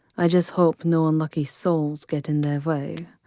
i just hope no unlucky souls get in their way.